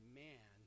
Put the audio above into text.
man